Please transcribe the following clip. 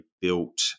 built